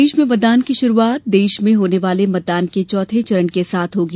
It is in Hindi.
प्रदेश में मतदान की शुरूआत देश में होने वाले मतदान के चौथे चरण के साथ होगी